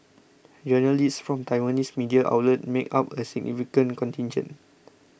journalists from Taiwanese media outlets make up a significant contingent